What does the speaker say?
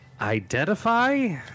identify